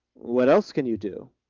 what else can you do?